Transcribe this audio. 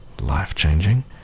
life-changing